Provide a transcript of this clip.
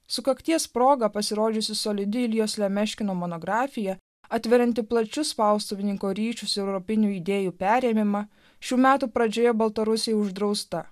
sukakties proga pasirodžiusi solidi iljos lemeškino monografija atverianti plačius spaustuvininko ryšius europinių idėjų perėmimą šių metų pradžioje baltarusijoje uždrausta